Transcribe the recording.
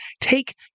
take